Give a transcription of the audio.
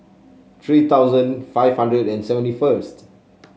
three thousand five hundred and seventy first